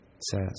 says